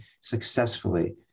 successfully